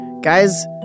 guys